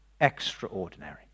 extraordinary